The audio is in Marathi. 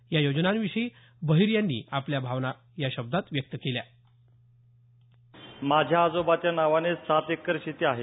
या योजनांविषयी बहिर यांनी आपल्या भावना या शब्दात व्यक्त केल्या माझ्या आजोबाच्या नावाने सात एकर शेती आहे